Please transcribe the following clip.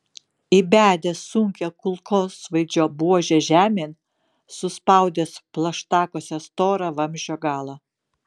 įbedęs sunkią kulkosvaidžio buožę žemėn suspaudęs plaštakose storą vamzdžio galą